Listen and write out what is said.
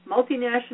multinational